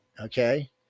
Okay